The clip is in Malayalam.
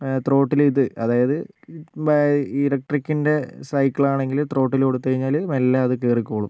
ത്രോട്ടിൽ ഇത് അതായത് ഈ ഇലെക്ട്രിക്കിൻ്റെ സൈക്കിൾ ആണെങ്കില് ത്രോട്ടിൽ കൊടുത്തു കഴിഞ്ഞാല് മെല്ലെ അത് കേറിക്കോളും